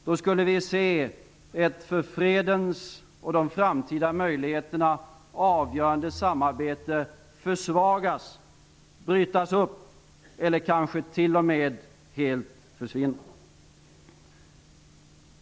Då skulle vi se ett för freden och för de framtida möjligheterna avgörande samarbete försvagas, brytas upp eller kanske t.o.m. helt försvinna.